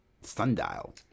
Sundial